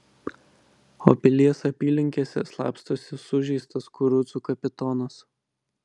o pilies apylinkėse slapstosi sužeistas kurucų kapitonas